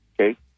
Okay